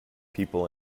people